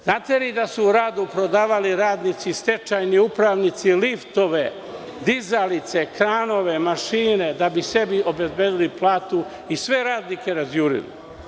Znate li da su u „Radu“ prodavali radnici, stečajni upravnici liftove, dizalice, kranove, mašine, da bi sebi obezbedili platu i sve radnike razjurili?